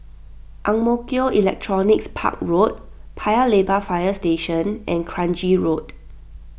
Ang Mo Kio Electronics Park Road Paya Lebar Fire Station and Kranji Road